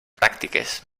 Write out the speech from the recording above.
pràctiques